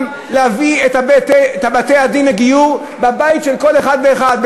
אלא גם להביא את בתי-הדין לגיור לבית של כל אחד ואחד.